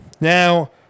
now